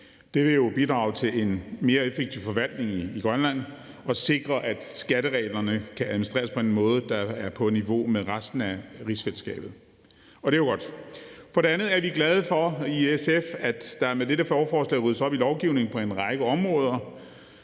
Det vil jo bidrage til en mere effektiv forvaltning i Grønland og sikre, at skattereglerne kan administreres på en måde, der er på niveau med resten af rigsfællesskabet. Det er jo godt. For det andet er vi i SF glade for, at der med dette lovforslag ryddes op i lovgivningen på en række områder.